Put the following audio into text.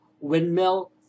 windmill